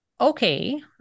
Okay